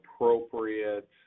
appropriate